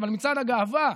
אבל מצעד הגאווה,